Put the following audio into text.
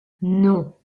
non